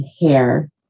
hair